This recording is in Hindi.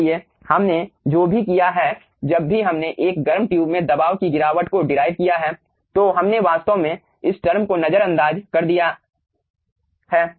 इसलिए हमने जो भी किया है जब भी हमने एक गर्म ट्यूब में दबाव की गिरावट को डिराइव किया है तो हमने वास्तव में इस टर्म को नजर अंदाज कर दिया है